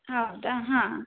ಹೌದಾ ಹಾಂ